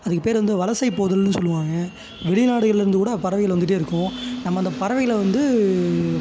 அதுக்கு பேர் வந்து வலசைபோதல்னு சொல்லுவாங்க வெளிநாடுகள்லிருந்து கூட பறவைகள் வந்துகிட்டே இருக்கும் நம்ம அந்த பறவைகளை வந்து